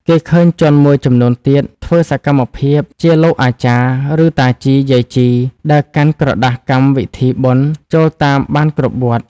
គេឃើញជនមួយចំនួនទៀត ធ្វើសកម្មភាពជាលោកអាចារ្យ ឬតាជី យាយជី ដើរកាន់ក្រដាសកម្មវិធីបុណ្យចូលតាមបានគ្រប់វត្ត ។